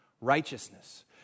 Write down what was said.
Righteousness